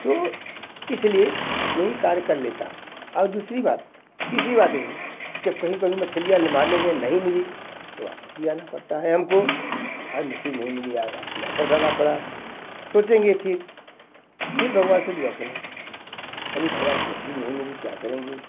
तो इसलिए मैं ये कार्य कर लेता हूँ और दूसरी बात तीसरी बात ये है जब कही कभी मछलियाँ मारने के लिए नहीं मिली तो वापस भी आना पड़ता है हमको आज मछली नहीं मिली यार आज तो वापस आना पड़ा सोचेंगे फिर फिर भगवान से दुआ करेंगे अरे भाई आज तो मछली नहीं मिली क्या करेंगे